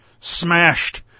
smashed